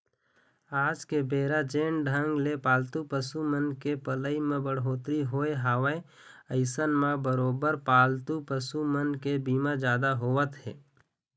आज के बेरा जेन ढंग ले पालतू पसु मन के पलई म बड़होत्तरी होय हवय अइसन म बरोबर पालतू पसु मन के बीमा जादा होवत हे